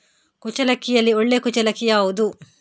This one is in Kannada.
ಕುಚ್ಚಲಕ್ಕಿಯಲ್ಲಿ ಒಳ್ಳೆ ಕುಚ್ಚಲಕ್ಕಿ ಯಾವುದು?